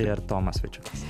ir tomas vaičiūnas